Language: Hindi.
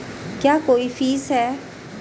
क्या कोई फीस है?